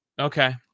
Okay